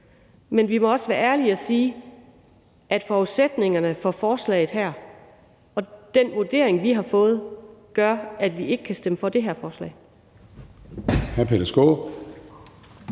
Men vi må også være ærlige og sige, at ændringerne af forudsætningerne for forslaget her og den vurdering af det, vi har fået, gør, at vi ikke kan stemme for det her forslag.